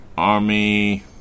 Army